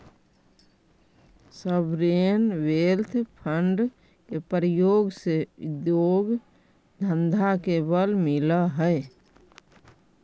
sovereign wealth fund के प्रयोग से उद्योग धंधा के बल मिलऽ हई